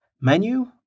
Menu